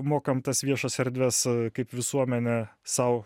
mokam tas viešas erdves kaip visuomenė sau